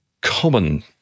common